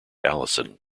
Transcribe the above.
alison